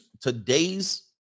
today's